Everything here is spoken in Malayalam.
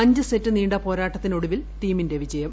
അഞ്ച് സെറ്റ് നീണ്ട പോരാട്ടത്തിനൊടുവിലാണ് തീമിന്റെ ജയം